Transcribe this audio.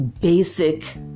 basic